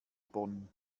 bonn